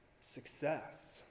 Success